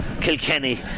Kilkenny